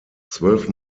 zwölf